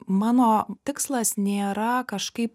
mano tikslas nėra kažkaip